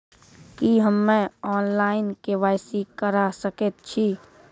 की हम्मे online, KYC करा सकैत छी?